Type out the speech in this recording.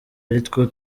aritwo